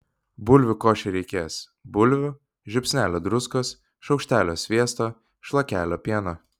bulvių košei reikės bulvių žiupsnelio druskos šaukštelio sviesto šlakelio pieno